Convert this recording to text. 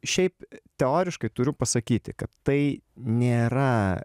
šiaip teoriškai turiu pasakyti kad tai nėra